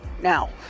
Now